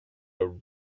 are